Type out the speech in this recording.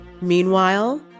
Meanwhile